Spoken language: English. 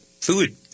food